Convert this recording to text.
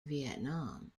vietnam